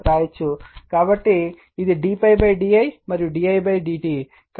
కాబట్టి ఇది d ∅ d i మరియు d i d t